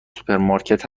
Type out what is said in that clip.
سوپرمارکت